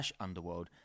Underworld